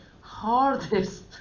hardest